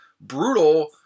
brutal